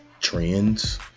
Trends